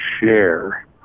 share